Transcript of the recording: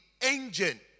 engine